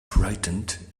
frightened